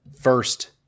first